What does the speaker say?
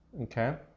okay